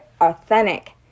authentic